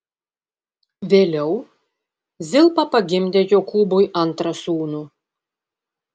vėliau zilpa pagimdė jokūbui antrą sūnų